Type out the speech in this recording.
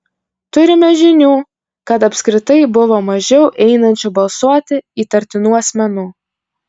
turime žinių kad apskritai buvo mažiau einančių balsuoti įtartinų asmenų